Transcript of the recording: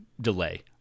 delay